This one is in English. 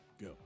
Go